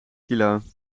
kilo